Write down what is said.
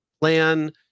plan